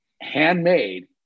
handmade